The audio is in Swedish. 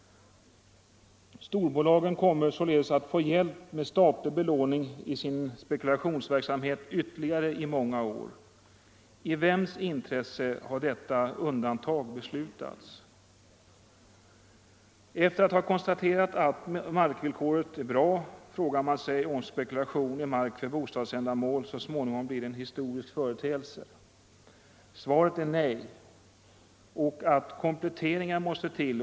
Storbolagen kommer således att få hjälp med statlig belåning i sin spekulationsverksamhet under ytterligare många år. I vems intresse har detta undantag föreslagits? Efter att ha konstaterat att markvillkoret är bra, frågar man sig om spekulation i mark för bostadsändamål då så småningom blir en historisk företeelse. Svaret är nej. Kompletteringar måste till.